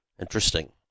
Interesting